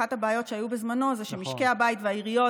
אחת הבעיות שהיו בזמנו זה שמשקי הבית והעיריות